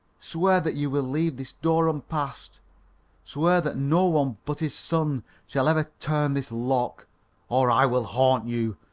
swear that you will leave this door unpassed swear that no one but his son shall ever turn this lock or i will haunt you,